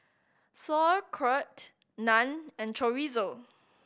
Sauerkraut Naan and Chorizo